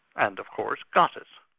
and of course got it.